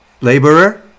Laborer